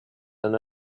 and